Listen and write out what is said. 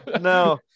No